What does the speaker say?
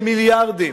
של מיליארדים.